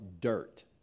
dirt